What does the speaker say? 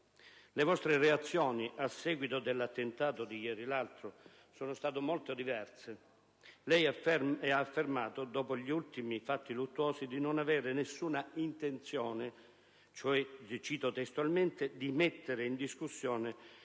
Le vostre reazioni a seguito dell'attentato di ieri l'altro sono state molto diverse. Lei ha affermato, dopo gli ultimi fatti luttuosi, di non aver alcuna intenzione, cito testualmente, di «mettere in discussione